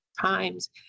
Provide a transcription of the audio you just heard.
times